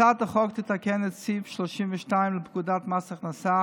הצעת החוק תתקן את סעיף 32 לפקודת מס הכנסה